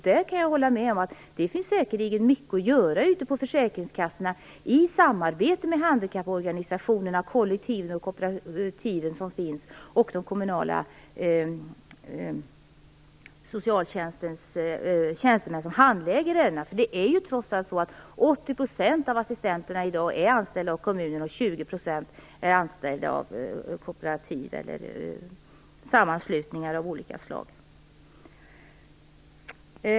Jag kan hålla med om att det säkerligen finns mycket att göra ute på försäkringskassorna i samarbete med handikapporganisationerna, kollektiven, kooperativen och den kommunala socialtjänstens tjänstemän som handlägger ärendena. Det är ju trots allt så att 80 % av assistenterna i dag är anställda av kommunerna och 20 % är anställda av kooperativ eller sammanslutningar av olika slag.